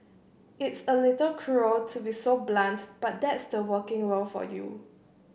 it's a little cruel to be so blunt but that's the working world for you